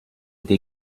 dei